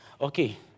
okay